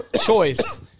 choice